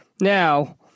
Now